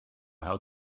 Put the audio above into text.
how